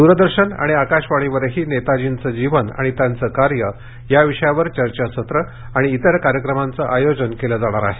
दूरदर्शन आणि आकाशवाणीवरही नेताजींचं जीवन आणि त्यांचं कार्य या विषयावर चर्चासत्र आणि इतरकार्यक्रमांचं आयोजन केलं जाणार आहे